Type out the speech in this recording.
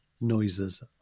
noises